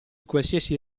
qualsiasi